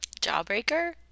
Jawbreaker